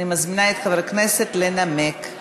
אני מזמינה את חבר הכנסת לנמק.